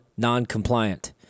noncompliant